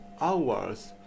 hours